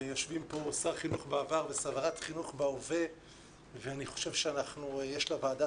ויושבים פה שר חינוך בעבר ושרת חינוך בהווה ואני חושב שיש לוועדה